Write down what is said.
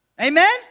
Amen